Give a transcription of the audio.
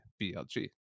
BLG